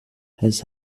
has